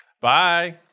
Bye